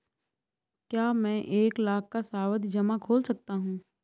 क्या मैं एक लाख का सावधि जमा खोल सकता हूँ?